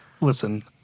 listen